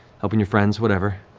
helping your friends, whatever.